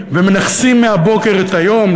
ומנחסים מהבוקר את היום.